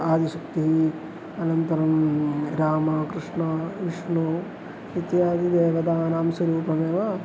आदिशक्तिः अनन्तरं रामः कृष्णः विष्णुः इत्यादिदेवतानां स्वरूपमेव